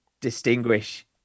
distinguish